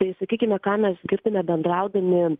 tai sakykime ką mes girdime bendraudami